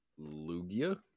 Lugia